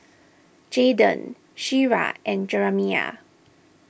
Jaiden Shira and Jeramiah